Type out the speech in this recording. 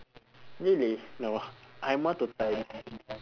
really no I'm more to times